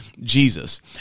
Jesus